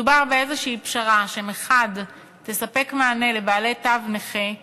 מדובר באיזושהי פשרה שמצד אחד תספק מענה לבעלי תו נכה,